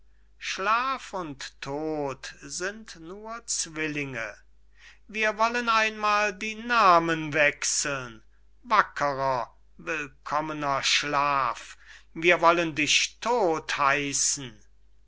schlaf und tod sind nur zwillinge wir wollen einmal die namen wechseln wakerer willkommener schlaf wir wollen dich tod